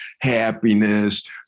happiness